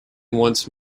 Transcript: once